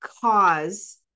cause